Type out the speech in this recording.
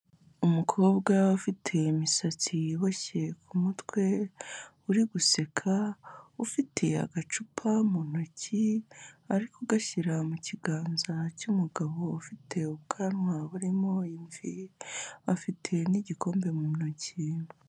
Umukobwa ufite imisatsi iboshye ku mutwe, uri guseka, ufite agacupa mu ntoki ari kugashyira mu kiganza cy'umugabo ufite ubwanwa burimo imvi, afite n'igikombe mu ntoki.